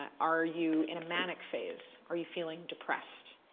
ah are you in a manic phase? are you feeling depressed?